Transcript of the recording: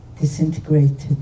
disintegrated